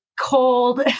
cold